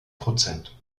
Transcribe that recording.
prozent